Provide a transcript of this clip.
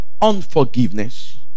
Unforgiveness